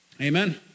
Amen